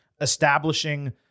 establishing